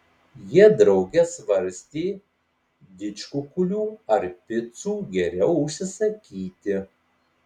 jie drauge svarstė didžkukulių ar picų geriau užsisakyti